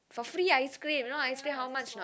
for free ice cream you know ice cream how much not